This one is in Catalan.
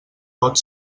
pot